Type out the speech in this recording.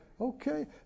okay